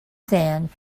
sand